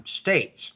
states